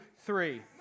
three